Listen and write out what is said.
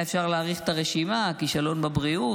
אפשר היה להאריך את הרשימה: כישלון בבריאות,